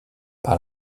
par